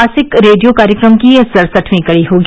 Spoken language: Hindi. मासिक रेडियो कार्यक्रम की यह सड़सठवीं कड़ी होगी